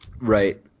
Right